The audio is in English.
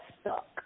stuck